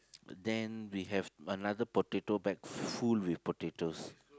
then we have another potato bag full with potatoes